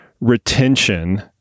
retention